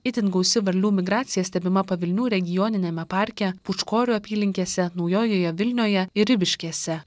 itin gausi varlių migracija stebima pavilnių regioniniame parke pučkorių apylinkėse naujojoje vilnioje ir ribiškėse